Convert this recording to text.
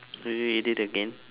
will you eat it again